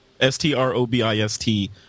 S-T-R-O-B-I-S-T